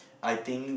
I think